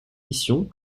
mission